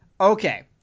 Okay